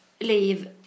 leave